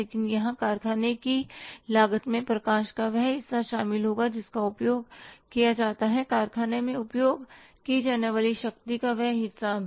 लेकिन यहां कारखाने की लागत में प्रकाश का वह हिस्सा शामिल होगा जिसका उपयोग किया जाता है कारखाने में उपयोग की जाने वाली शक्ति का वह हिस्सा भी